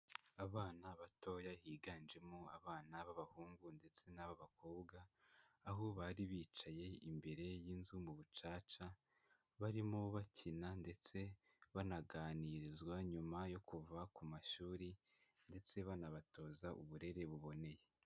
Abana batoya higanjemo abana b'abahungu ndetse nab'abakobwa, aho bari bicaye imbere y'inzu mu bucaca barimo bakina ndetse banaganirizwa nyuma yo kuva ku mashuri ndetse banabatoza uburere buboneye.